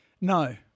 No